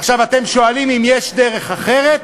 עכשיו, אתם שואלים אם יש דרך אחרת?